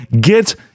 get